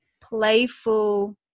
playful